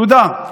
תודה.